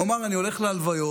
הוא אמר: אני הולך להלוויות,